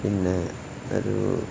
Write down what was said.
പിന്നെ ഒരു